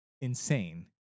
insane